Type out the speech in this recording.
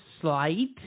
slight